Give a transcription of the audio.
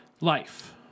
life